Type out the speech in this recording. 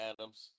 Adams